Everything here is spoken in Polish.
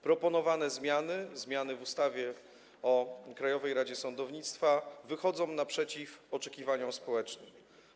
Proponowane zmiany w ustawie o Krajowej Radzie Sądownictwa wychodzą naprzeciw oczekiwaniom społecznym.